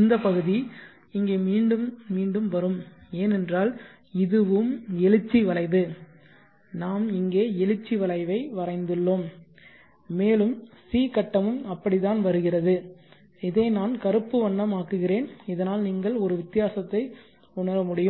இந்த பகுதி இங்கே மீண்டும் மீண்டும் வரும் ஏனென்றால் இதுவும் எழுச்சி வளைவு நாம் இங்கே எழுச்சி வளைவை வரைந்துள்ளோம் மேலும் சி கட்டமும் அப்படித்தான் வருகிறது இதை நான் கருப்பு வண்ணம் ஆக்குகிறேன் இதனால் நீங்கள் ஒரு வித்தியாசத்தை உணர முடியும்